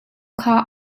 kha